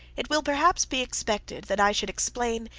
it will, perhaps, be expected that i should explain,